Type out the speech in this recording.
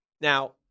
Now